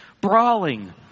Brawling